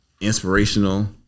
Inspirational